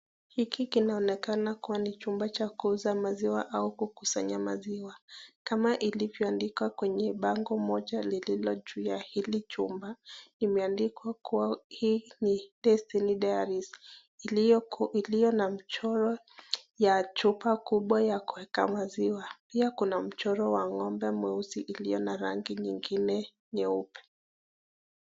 Hiki kinaonekana kuwa ni chumba cha kuuza maziwa au kukusanya maziwa. Kama ilivyoandikwa kwenye bango moja lililojuu ya hili jumba limendikwa kuwa hii ni Destiny Dairies iliyo na mchoro ya chupa kubwa ya kuweka maziwa pia kuna mchoro wa ng'ombe mweusi iliyo na rangi nyingine nyeupe.